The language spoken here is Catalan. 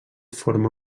forma